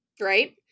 right